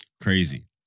Crazy